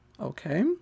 Okay